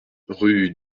rue